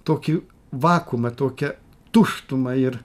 tokį vakuumą tokią tuštumą ir